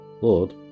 Lord